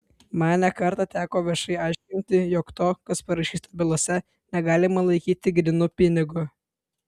man ne kartą teko viešai aiškinti jog to kas parašyta bylose negalima laikyti grynu pinigu